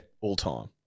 all-time